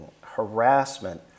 harassment